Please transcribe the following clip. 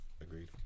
Agreed